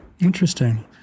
Interesting